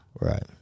Right